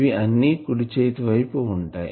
ఇవి అన్ని కుడి చేతి వైపు ఉంటాయి